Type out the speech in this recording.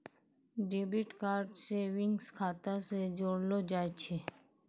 debit card savings खाता से जोड़लो जाय छै